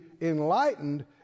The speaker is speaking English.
enlightened